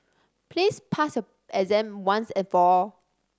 please pass your exam once and for all